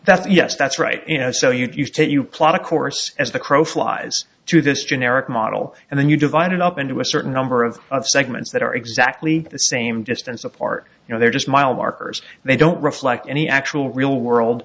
that's yes that's right you know so you take you plot of course as the crow flies to this generic model and then you divide it up into a certain number of segments that are exactly the same distance apart you know they're just mile markers they don't reflect any actual real world